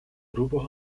grupos